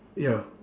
ya